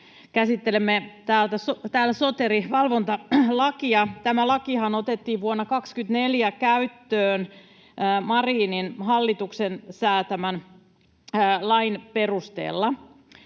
Käsittelemme täällä Soteri-valvontalakia, eli tämä Soterihan otettiin vuonna 24 käyttöön Marinin hallituksen säätämän lain perusteella.